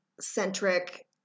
centric